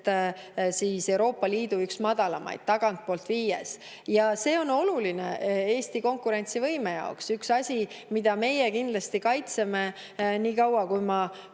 Euroopa Liidu üks madalamaid, tagantpoolt viies. See on oluline Eesti konkurentsivõime jaoks. Üks asi, mida meie kindlasti kaitseme, niikaua kui mina